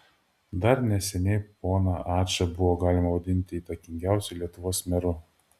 dar neseniai poną ačą buvo galima vadinti įtakingiausiu lietuvos meru